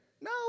No